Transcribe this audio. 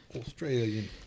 Australian